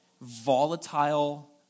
volatile